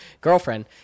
girlfriend